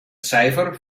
cijfer